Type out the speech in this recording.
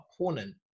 opponent